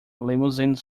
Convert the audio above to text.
limousine